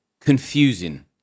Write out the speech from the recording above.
confusing